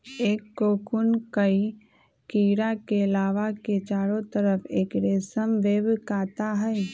एक कोकून कई कीडड़ा के लार्वा के चारो तरफ़ एक रेशम वेब काता हई